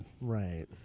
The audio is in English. Right